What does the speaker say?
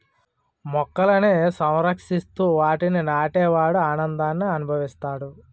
మొక్కలని సంరక్షిస్తూ వాటిని నాటే వాడు ఆనందాన్ని అనుభవిస్తాడు